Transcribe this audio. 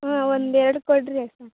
ಹಾಂ ಒಂದೆರಡು ಕೊಡಿರಿ ಸಾಕು